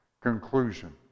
Conclusion